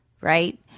right